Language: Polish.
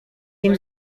nim